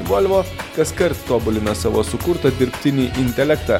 volvo kaskart tobulina savo sukurtą dirbtinį intelektą